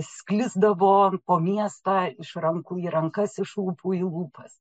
sklisdavo po miestą iš rankų į rankas iš lūpų į lūpas